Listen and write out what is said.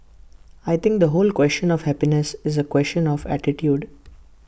I think the whole question of happiness is A question of attitude